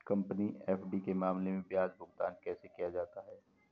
Company FD के मामले में ब्याज भुगतान कैसे किया जाता है?